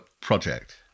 project